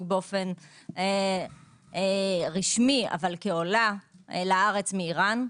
באופן רשמי אבל כעולה לארץ מאיראן,